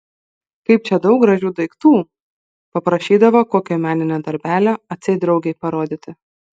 kaip čia daug gražių daiktų paprašydavo kokio meninio darbelio atseit draugei parodyti